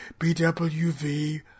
BWV